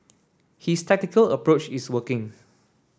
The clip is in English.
his tactical approach is working